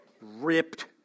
ripped